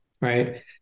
Right